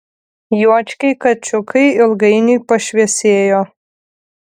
juočkiai kačiukai ilgainiui pašviesėjo